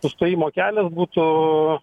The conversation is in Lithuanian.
sustojimo kelias būtų